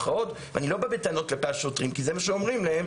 ואני לא בא בטענות כלפי השוטרים כי זה מה שאומרים להם,